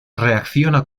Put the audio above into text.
reacciona